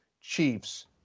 Chiefs